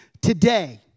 today